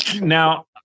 Now